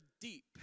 deep